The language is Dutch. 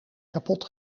kapot